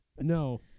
No